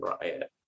riot